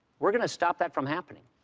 we're going to stop that from happening.